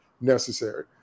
necessary